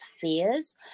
fears